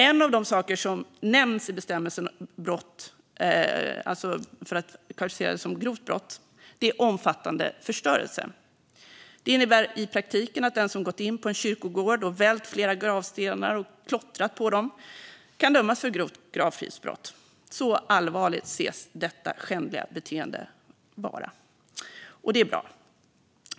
En av de saker som nämns i bestämmelsen om att kvalificera det som grovt brott är omfattande förstörelse. Det innebär i praktiken att den som gått in på en kyrkogård och vält flera gravstenar och klottrat på dem kan dömas för grovt gravfridsbrott. Så allvarligt anses detta skändliga beteende vara. Och det är bra.